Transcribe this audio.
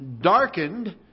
darkened